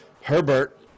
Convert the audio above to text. Herbert